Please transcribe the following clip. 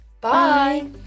Bye